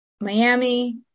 Miami